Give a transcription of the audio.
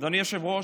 אדוני היושב-ראש,